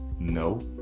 No